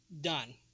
done